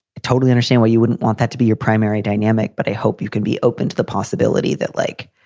i totally understand why you wouldn't want that to be your primary dynamic. but i hope you can be open to the possibility that, like,